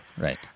Right